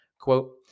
Quote